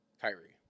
Kyrie